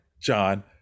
john